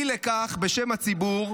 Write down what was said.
אי לכך, בשם הציבור,